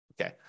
Okay